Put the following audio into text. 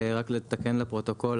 רק לתקן לפרוטוקול,